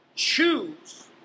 choose